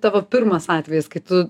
tavo pirmas atvejis kai tu